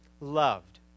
loved